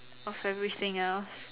of everything else